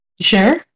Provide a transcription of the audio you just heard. Sure